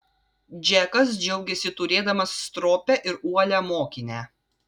džekas džiaugėsi turėdamas stropią ir uolią mokinę